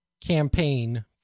campaign